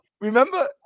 Remember